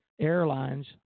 airlines